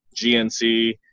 GNC